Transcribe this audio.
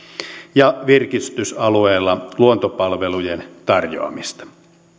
ja virkistysalueilla luontopalvelujen tarjoamista